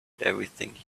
everything